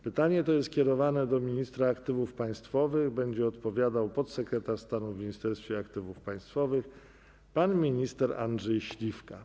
Pytanie to jest kierowane do ministra aktywów państwowych, będzie odpowiadał podsekretarz stanu w Ministerstwie Aktywów Państwowych pan minister Andrzej Śliwka.